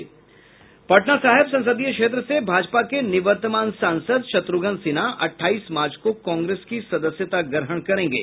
पटना साहिब संसदीय क्षेत्र से भाजपा के निवर्तमान सांसद शत्र्घ्न सिन्हा अठाईस मार्च को कांग्रेस की सदस्यता ग्रहण करेंगे